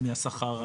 מהשכר.